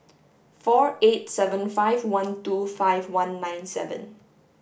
four eight seven five one two five one nine seven